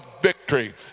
victory